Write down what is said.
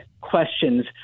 questions